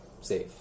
safe